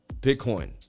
Bitcoin